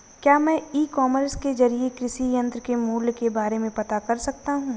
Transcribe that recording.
क्या मैं e commerce के ज़रिए कृषि यंत्र के मूल्य के बारे में पता कर सकता हूँ?